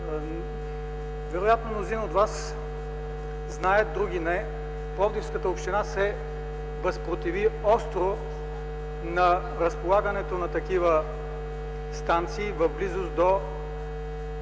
Вероятно мнозина от вас знаят, други не: Пловдивската община се възпротиви остро на разполагането на такива станции в близост до